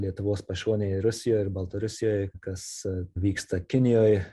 lietuvos pašonėje rusijoj ir baltarusijoj kas vyksta kinijoj